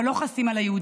אבל לא חסים על היהודים?